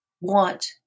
want